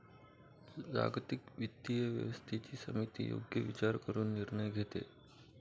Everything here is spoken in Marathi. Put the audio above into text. जागतिक वित्तीय व्यवस्थेची समिती योग्य विचार करून निर्णय घेते